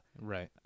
Right